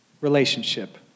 relationship